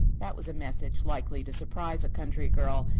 that was a message likely to surprise a country girl,